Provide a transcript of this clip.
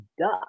duck